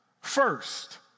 first